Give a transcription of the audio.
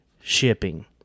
shipping